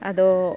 ᱟᱫᱚ